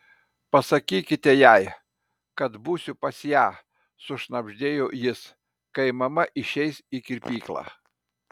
pasakykite jai kad būsiu pas ją sušnabždėjo jis kai mama išeis į kirpyklą